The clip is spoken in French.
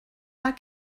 pas